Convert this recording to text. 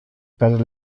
per